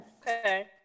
Okay